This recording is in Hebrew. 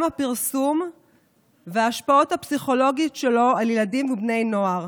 הפרסום וההשפעות הפסיכולוגיות שלו על ילדים ובני נוער.